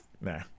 nah